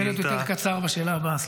אני אנסה להיות יותר קצר בשאלה הבאה.